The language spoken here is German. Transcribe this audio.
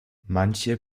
manche